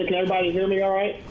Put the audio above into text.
everybody hear me all right?